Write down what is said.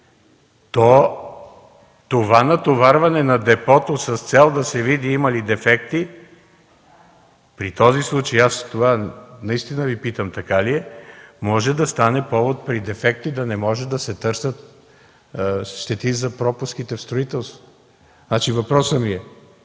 то това натоварване на депото с цел да се види има ли дефекти, при този случай аз наистина Ви питам така ли е, може да стане повод при дефекти да не може да се търсят щети за пропуските в строителството. Въпросът ми е: